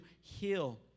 heal